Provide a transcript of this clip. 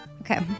Okay